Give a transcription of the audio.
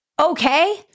okay